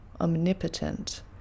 omnipotent